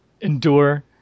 Endure